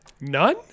none